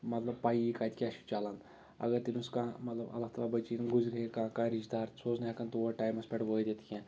مطلب پایی کَتہِ کیاہ چھُ چَلَان اگر تٔمِس کانٛہہ مطلب اللہ تعالٰی بَچٲیِنۍ گُزرے کانٛہہ کانٛہہ رِشتہٕ دار سُہ اوس نہٕ ہٮ۪کان تور ٹایمَس پٮ۪ٹھ وٲتِتھ کینٛہہ